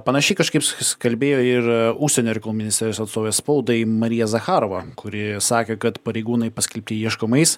panašiai kažkaip jis kalbėjo ir užsienio reikalų ministerijos atstovė spaudai marija zacharova kuri sakė kad pareigūnai paskelbti ieškomais